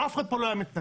אף אחד פה לא היה מתנגד.